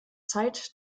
zeit